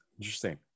Interesting